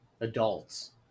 Adults